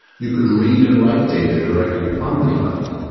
you could read and write data directly on the client.